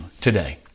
today